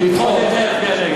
לדחות את זה, להצביע נגד.